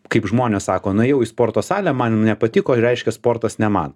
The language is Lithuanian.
kaip žmonės sako nuėjau į sporto salę man nepatiko reiškia sportas ne man